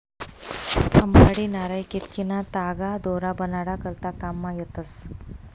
अंबाडी, नारय, केतकीना तागा दोर बनाडा करता काममा येतस